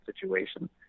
situation